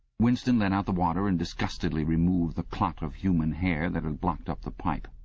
winston let out the water and disgustedly removed the clot of human hair that had blocked up the pipe.